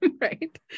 Right